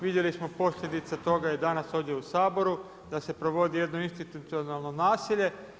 Vidjeli smo posljedice toga i danas ovdje u Saboru da se provodi jedno institucionalno nasilje.